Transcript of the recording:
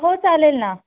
हो चालेल ना